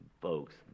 folks